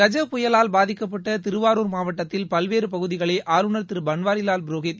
கஜ புயலால் பாதிக்கப்பட்ட திருவாருர் மாவட்டத்தில் பல்வேறு பகுதிகளை ஆளுநர் திரு பன்வாரிவால் புரோஹித்